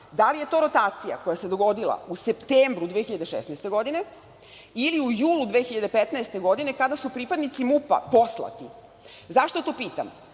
Da li je to rotacija koja se dogodila u septembru 2016. godine ili u julu 2015. godine kada su pripadnici MUP-a poslati? Zašto to pitam?